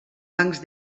bancs